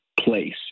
place